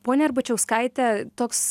ponia arbačiauskaite toks